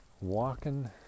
walking